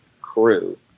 crew